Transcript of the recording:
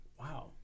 Wow